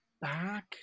back